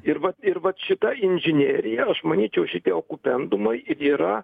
ir vat ir vat šita inžinerija aš manyčiau šitie okupendumai ir yra